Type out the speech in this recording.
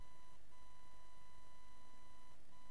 מדינת ישראל אינה יכולה,